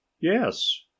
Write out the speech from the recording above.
yes